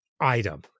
item